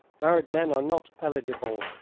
married men are not eligible.